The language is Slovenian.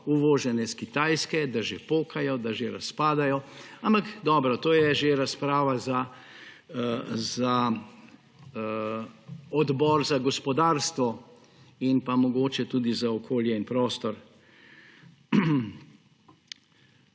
uvožene iz Kitajske, da že pokajo, da že razpadajo; ampak dobro, to je že razprava za Odbor za gospodarstvo in mogoče tudi za okolje in prostor.